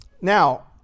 Now